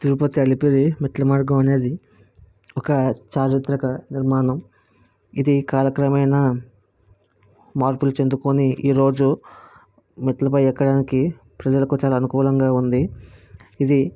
తిరుపతి అలిపిరి మెట్ల మార్గం అనేది ఒక చారిత్రక నిర్మాణం ఇది కాలక్రమేణ మార్పులు చెందుకుని ఈరోజు మెట్లపై ఎక్కడానికి ప్రజలకు చాలా అనుకూలంగా ఉంది ఇది